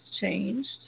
changed